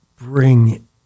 bring